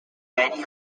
many